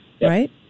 right